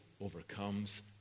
overcomes